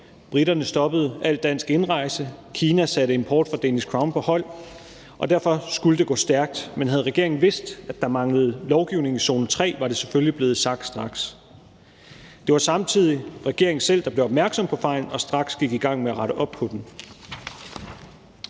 briterne stoppede al dansk indrejse, og Kina satte import fra Danish Crown på hold, og derfor skulle det gå stærkt. Men havde regeringen vidst, at der manglede lovgivning i zone 3, var det selvfølgelig blevet sagt straks. Det var samtidig regeringen selv, der blev opmærksom på fejlen, og som straks gik i gang med at rette op på den.